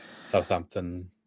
Southampton